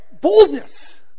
boldness